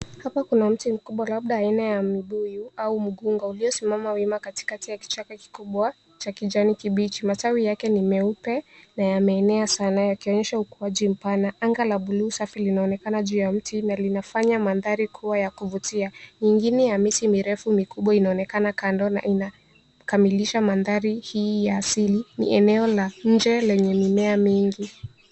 Hapa kuna mti mkubwa labda aina ya mibuyu au migunga uliosimama wima katikati ya kichaka kikubwa cha kijani kibichi. Matawi yake ni meupe na yameenea sana yakionyesha ukuaji mpana. Anga la buluu safi linaonekana juu ya mti na linafanya mandhari kuwa ya kuvutia. Nyingine ya miti mirefu mikubwa inaonekana kando na inakamilisha mandhari hii ya asili. Ni eneo la nje lenye mimea mingi.